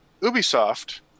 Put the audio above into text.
ubisoft